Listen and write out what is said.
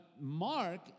Mark